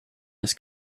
his